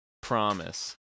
promise